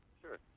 Sure